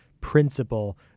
principle